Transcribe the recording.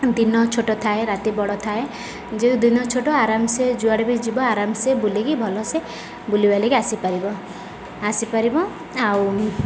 ଦିନ ଛୋଟ ଥାଏ ରାତି ବଡ଼ ଥାଏ ଯେଉଁ ଦିନ ଛୋଟ ଆରାମସେ ଯୁଆଡ଼େ ବି ଯିବ ଆରାମସେ ବୁଲିକି ଭଲସେ ବୁଲିବାଲିକି ଆସିପାରିବ ଆସିପାରିବ ଆଉ